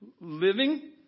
Living